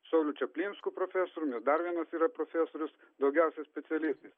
sauliu čaplinsku profesoriumi ir dar vienas yra profesorius daugiausiai specialistais